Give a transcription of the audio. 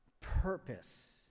purpose